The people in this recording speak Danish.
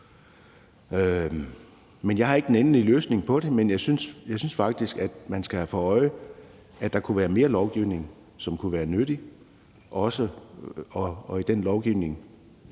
Jeg har ikke den endelige løsning, men jeg synes faktisk, at man skal have for øje, at der kunne være mere lovgivning, som kunne være nyttig, og at vi i den lovgivning